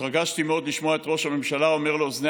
התרגשתי מאוד לשמוע את ראש הממשלה אומר לאוזני